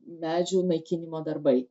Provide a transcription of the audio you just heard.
medžių naikinimo darbai